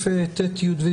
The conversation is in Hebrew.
אבל,